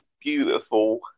beautiful